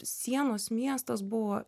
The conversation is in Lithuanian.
sienos miestas buvo